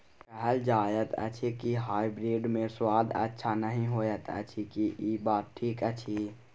कहल जायत अछि की हाइब्रिड मे स्वाद अच्छा नही होयत अछि, की इ बात ठीक अछि?